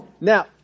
Now